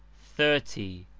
thirty.